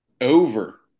over